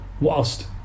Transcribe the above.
whilst